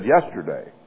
yesterday